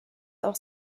auch